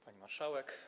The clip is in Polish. Pani Marszałek!